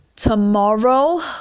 Tomorrow